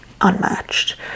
unmatched